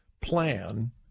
plan